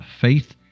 faith